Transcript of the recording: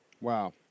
Wow